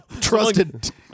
Trusted